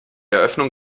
eröffnung